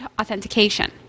authentication